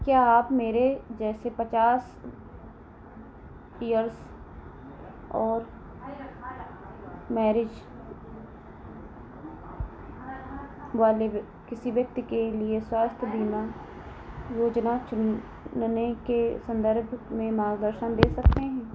क्या आप मेरे जैसे पचास इयर्स और मैरेज़ वाले किसी व्यक्ति के लिए स्वास्थ्य बीमा योजना चुनने के सन्दर्भ में मार्गदर्शन दे सकते हैं